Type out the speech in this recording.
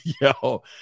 Yo